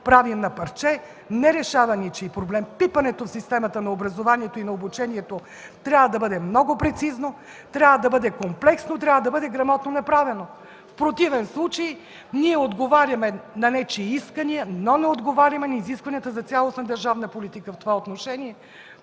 правим на парче, не решава ничий проблем. Пипането в системата на образованието и обучението трябва да бъде много прецизно, трябва да бъде комплексно, трябва да бъде грамотно направено. В противен случай ние отговаряме на нечии искания, но не отговаряме на изискванията за цялостна държавна политика в това отношение.